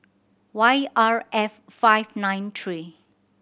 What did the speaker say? Y R F five nine three